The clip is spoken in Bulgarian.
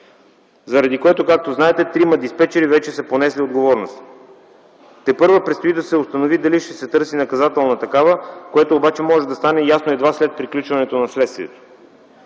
заради което както знаете трима диспечери вече са понесли отговорност. Тепърва предстои да се установи дали ще се търси наказателна такава, което обаче може да стане ясно едва след приключването на следствието.